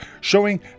showing